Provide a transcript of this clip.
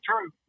true